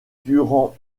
durand